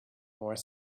more